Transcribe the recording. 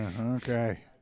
Okay